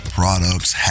products